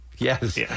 Yes